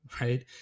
right